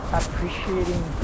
appreciating